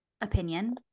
opinion